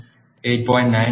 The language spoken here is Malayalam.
7 8